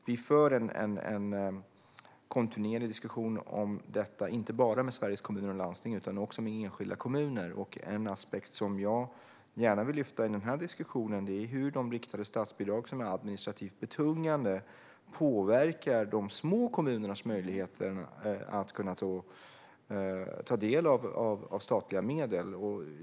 Vi för en kontinuerlig diskussion om detta, inte bara med Sveriges Kommuner och Landsting utan också med enskilda kommuner, och en aspekt som jag gärna vill lyfta fram i den här diskussionen är hur de riktade statsbidrag som är administrativt betungande påverkar de små kommunernas möjligheter att ta del av statliga medel.